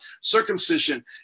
circumcision